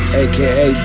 aka